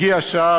הגיעה השעה,